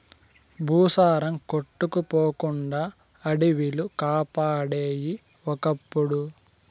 భూసారం కొట్టుకుపోకుండా అడివిలు కాపాడేయి ఒకప్పుడు